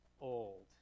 old